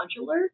modular